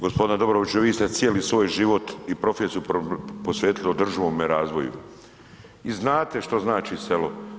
G. Dobroviću, vi ste cijeli svoj život i profesiju posvetili održivome razvoju i znate što znači selo.